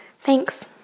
Thanks